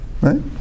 Right